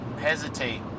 hesitate